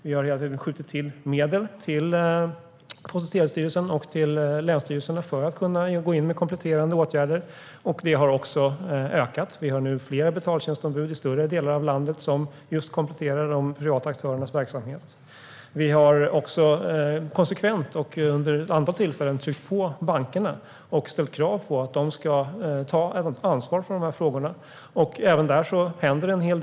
Vi har skjutit till medel till Post och telestyrelsen och till länsstyrelserna för att de ska kunna gå in med kompletterande åtgärder. Vi har också ökat antalet betaltjänstombud i stora delar av landet, som kompletterar de privata aktörernas verksamhet. Vi har konsekvent och vid ett antal tillfällen tryckt på bankerna och ställt krav på att de ska ta ansvar för frågorna. Även där händer en hel del.